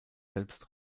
selbst